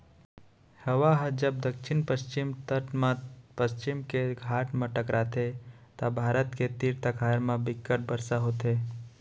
हवा ह जब दक्छिन पस्चिम तट म पस्चिम के घाट म टकराथे त भारत के तीर तखार म बिक्कट बरसा होथे